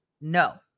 No